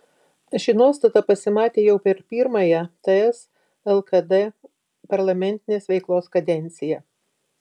ši nuostata pasimatė jau per pirmąją ts lkd parlamentinės veiklos kadenciją